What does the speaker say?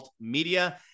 Media